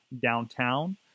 downtown